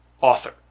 author